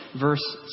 verse